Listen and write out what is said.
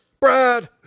Brad